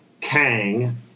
Kang